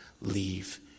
leave